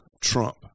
Trump